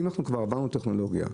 אם כבר עברנו לטכנולוגיה,